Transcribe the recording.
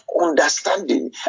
understanding